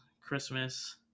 christmas